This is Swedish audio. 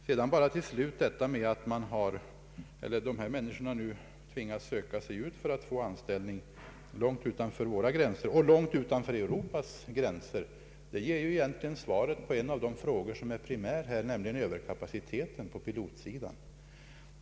Till slut vill jag bara säga att det förhållandet att de här människorna nu tvingas att söka sig långt utanför våra gränser och långt utanför Europas gränser för att få anställning, belyser egentligen en fråga som är primär, nämligen överkapaciteten på pilotsidan hos oss.